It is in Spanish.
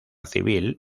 civil